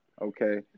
okay